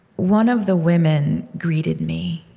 one of the women greeted me.